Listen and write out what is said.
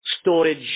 storage